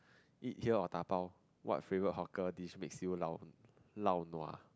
eat here or dabao what favourite hawker dish makes you laonua